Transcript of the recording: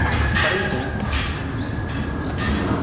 परंतु